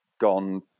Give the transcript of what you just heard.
gone